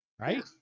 right